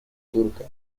turca